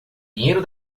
dinheiro